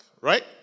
right